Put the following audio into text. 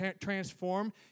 transform